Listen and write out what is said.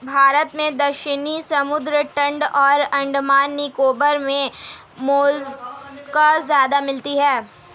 भारत में दक्षिणी समुद्री तट और अंडमान निकोबार मे मोलस्का ज्यादा मिलती है